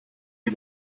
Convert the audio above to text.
die